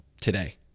today